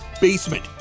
BASEMENT